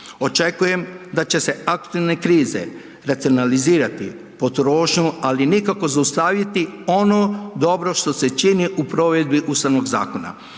Očekujem da će se aktualne krize racionalizirati potrošnju, ali nikako zaustaviti ono dobro što se čini u provedbi Ustavnog zakona.